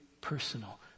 personal